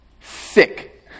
Sick